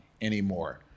anymore